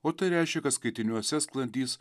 o tai reiškia kad skaitiniuose sklandys